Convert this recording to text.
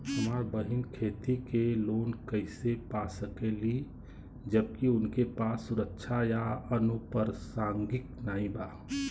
हमार बहिन खेती के लोन कईसे पा सकेली जबकि उनके पास सुरक्षा या अनुपरसांगिक नाई बा?